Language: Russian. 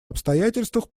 обстоятельствах